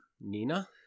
Nina